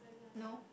no